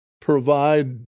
provide